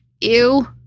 ew